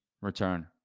return